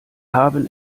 haben